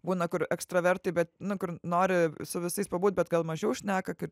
būna kur ekstravertai bet nu kur nori su visais pabūt bet gal mažiau šneka kad